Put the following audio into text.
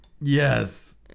Yes